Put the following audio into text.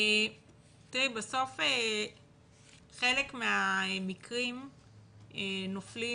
בסוף חלק מהמקרים נופלים